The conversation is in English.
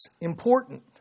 important